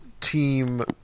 team